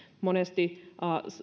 monesti